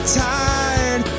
tired